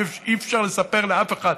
אי-אפשר לספר לאף אחד